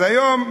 אז היום,